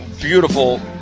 beautiful